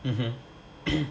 mm hmm